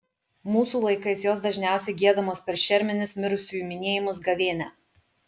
mūsų laikais jos dažniausiai giedamos per šermenis mirusiųjų minėjimus gavėnią